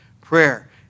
prayer